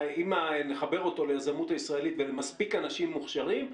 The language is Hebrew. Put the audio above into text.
אם נחבר אותו ליזמות הישראלית ולמספיק אנשים מוכשרים,